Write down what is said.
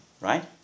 Right